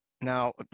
Now